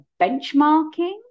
benchmarking